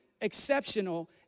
exceptional